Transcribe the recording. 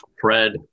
Fred